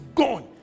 gone